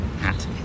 hat